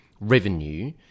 revenue